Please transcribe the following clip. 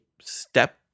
step